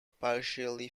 partially